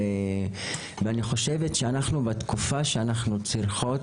ואני חושבת שאנחנו בתקופה שאנחנו צריכות